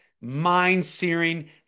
mind-searing